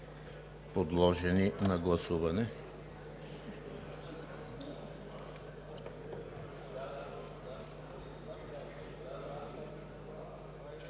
подложени на гласуване.